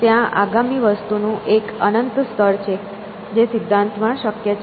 ત્યાં આગામી વસ્તુનું એક અનંત સ્તર છે જે સિદ્ધાંતમાં શક્ય છે